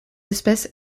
espèce